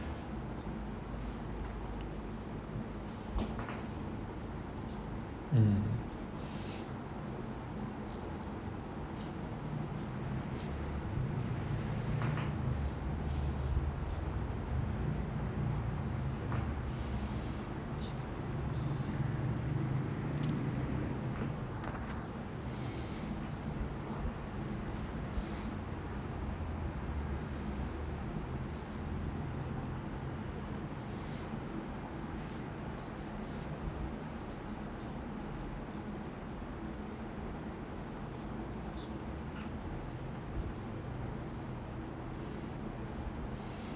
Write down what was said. mm